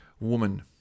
Woman